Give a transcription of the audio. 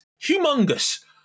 humongous